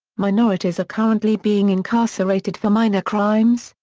minorities are currently being incarcerated for minor crimes,